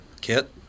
kit